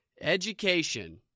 Education